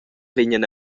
vegnan